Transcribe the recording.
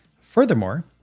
Furthermore